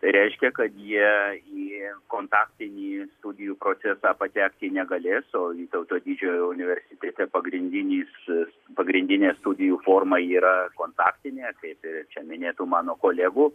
tai reiškia kad jie į kontaktinį studijų procesą patekti negalės o vytauto didžiojo universitete pagrindinis pagrindinė studijų forma yra kontaktinė kaip ir čia minėtų mano kolegų